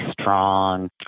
strong